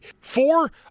Four